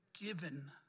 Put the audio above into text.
given